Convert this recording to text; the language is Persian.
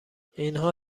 اینها